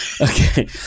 Okay